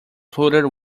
floated